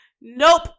nope